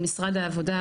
עם משרד העבודה,